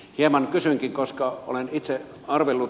hieman kysynkin koska olen itse arvellut